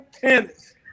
tennis